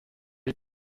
est